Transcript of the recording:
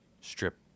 strip